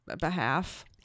behalf